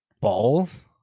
balls